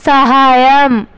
సహాయం